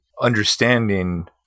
understanding